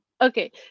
Okay